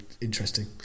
interesting